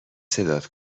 صدات